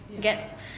get